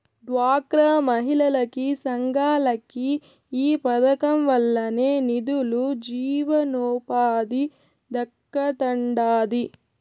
డ్వాక్రా మహిళలకి, సంఘాలకి ఈ పదకం వల్లనే నిదులు, జీవనోపాధి దక్కతండాడి